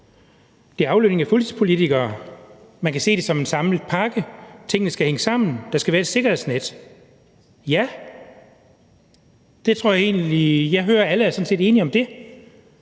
om aflønning af fuldtidspolitikere. Man kan se det som en samlet pakke. Tingene skal hænge sammen. Der skal være et sikkerhedsnet. Ja, jeg hører, at alle sådan set er enige om det.